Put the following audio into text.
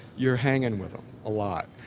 you're hanging with them a lot.